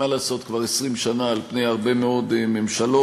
מה לעשות, כבר 20 שנה, על-פני הרבה מאוד ממשלות.